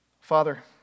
Father